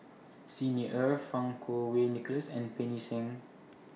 Xi Ni Er Fang Kuo Wei Nicholas and Pancy Seng